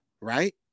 right